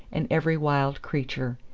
and every wild creature.